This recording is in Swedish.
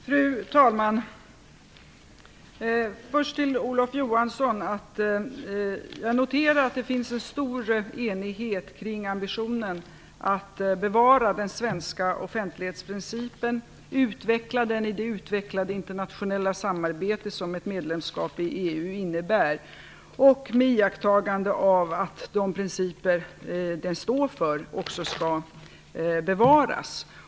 Fru talman! Låt mig först säga till Olof Johansson att jag har noterat att det finns en stor enighet kring ambitionen att bevara den svenska offentlighetsprincipen, utveckla den i det utvecklade internationella samarbete som ett medlemskap i EU innebär och iaktta att de principer den står för också bevaras.